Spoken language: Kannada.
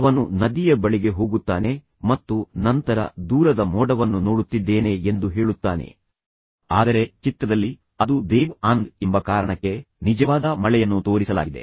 ಅವನು ನದಿಯ ಬಳಿಗೆ ಹೋಗುತ್ತಾನೆ ಮತ್ತು ನಂತರ ದೂರದ ಮೋಡವನ್ನು ನೋಡುತ್ತಿದ್ದೇನೆ ಎಂದು ಹೇಳುತ್ತಾನೆ ಆದರೆ ಚಿತ್ರದಲ್ಲಿ ಅದು ದೇವ್ ಆನಂದ್ ಎಂಬ ಕಾರಣಕ್ಕೆ ನಿಜವಾದ ಮಳೆಯನ್ನು ತೋರಿಸಲಾಗಿದೆ